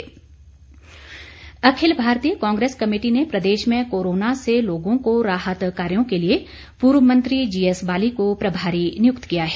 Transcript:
कांग्रेस अखिल भारतीय कांग्रेस कमेटी ने प्रदेश में कोरोना से लोगों को राहत कार्यो के लिए पूर्व मंत्री जी एसबाली को प्रभारी नियुक्त किया है